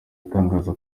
atangaza